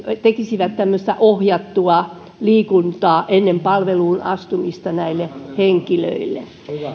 tekisivät tämmöistä ohjattua liikuntaa ennen palveluun astumista näille henkilöille